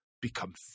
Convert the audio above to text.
become